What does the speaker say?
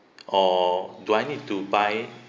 or do I need to buy